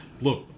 Look